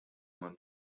man